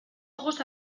ojos